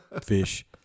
fish